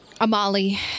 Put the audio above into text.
Amali